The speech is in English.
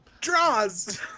Draws